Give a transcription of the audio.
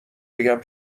بگم